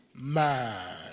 man